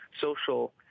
social